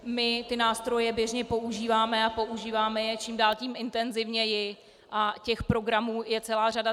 My tyto nástroje běžně používáme a používáme je čím dál tím intenzivněji a těch programů je celá řada.